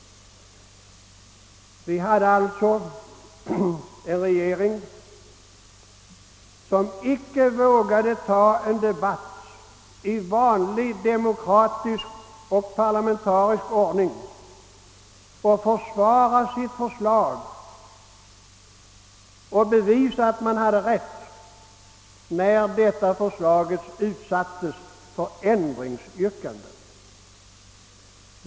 Vi har alltså en regering som inte vågade ta en debatt för att i vanlig demokratisk och parlamentarisk ordning försvara sitt förslag och bevisa att det var regeringen som hade rätt, när förslaget utsattes för ändringsyrkanden.